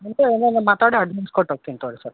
ನಿಮ್ಮ ಹತ್ರ ಎಲ್ಲಾ ನಾ ಮಾತಾಡಿ ಅಡ್ವಾನ್ಸ್ ಕೊಟ್ಟು ಹೋಗ್ತಿನ್ ತಗೊಳ್ಳಿ ಸರ್